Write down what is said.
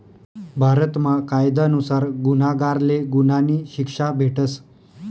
भारतमा कायदा नुसार गुन्हागारले गुन्हानी शिक्षा भेटस